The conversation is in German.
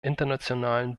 internationalen